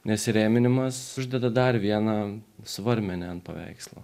nes įrėminimas uždeda dar vieną svarmenį ant paveikslo